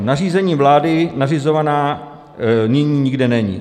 Nařízením vlády nařizovaná nyní nikde není.